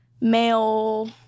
male